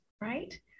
Right